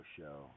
Show